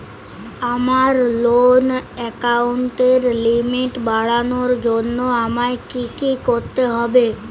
আমার লোন অ্যাকাউন্টের লিমিট বাড়ানোর জন্য আমায় কী কী করতে হবে?